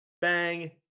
Bang